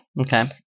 Okay